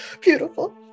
Beautiful